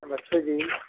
नमस्ते जी